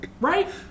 Right